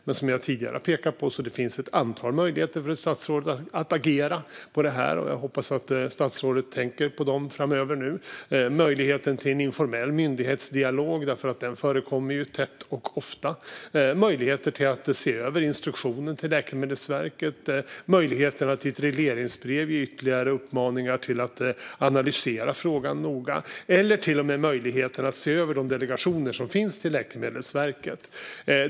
Men som jag pekat på finns det ett antal möjligheter för ett statsråd att agera, och jag hoppas att statsrådet tänker på dem framöver. Det finns möjlighet till en informell myndighetsdialog, vilket förekommer tätt och ofta. Det finns också möjlighet att se över instruktionen till Läkemedelsverket och att i ett regleringsbrev ge ytterligare uppmaningar om att analysera frågan noga. Det finns till och med möjlighet att se över de delegationer som finns till Läkemedelsverket.